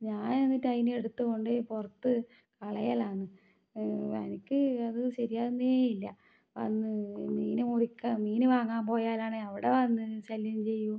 ഞാൻ എന്നിട്ട് അതിനെ എടുത്ത് കൊണ്ട് പോയി പുറത്ത് കളയലാണ് എനിക്ക് അത് ശരിയാകുന്നേയില്ല അന്ന് മീൻ മുറിക്കുക മീൻ വാങ്ങാൻ പോയാലാണ് അവിടെ വന്ന് ശല്യം ചെയ്യും